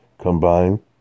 combine